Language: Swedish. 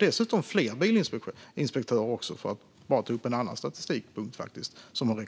Dessutom har fler bilinspektörer rekryterats, bara för att ta upp en annan statistikpunkt. Argumentationen